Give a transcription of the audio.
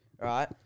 Right